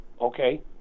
okay